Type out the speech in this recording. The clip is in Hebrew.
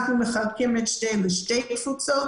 אנחנו מחלקים את שתיהן לשתי קבוצות,